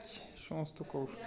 সেসমস্ত কৌশল